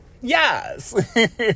Yes